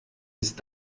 ist